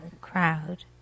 crowd